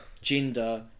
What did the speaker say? Gender